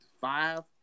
five